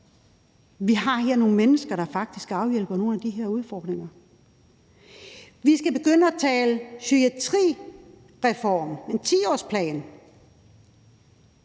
Vi har her nogle mennesker, der faktisk afhjælper nogle af de her udfordringer. Vi skal begynde at tale psykiatrireform, en 10-årsplan,